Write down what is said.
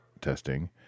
testing